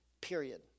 period